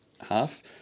half